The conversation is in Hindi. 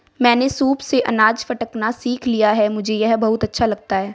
मैंने सूप से अनाज फटकना सीख लिया है मुझे यह बहुत अच्छा लगता है